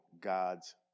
God's